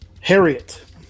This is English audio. Harriet